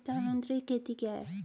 स्थानांतरित खेती क्या है?